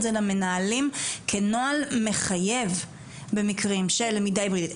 זה למנהלים כנוהל מחייב במקרים של למידה היברידית.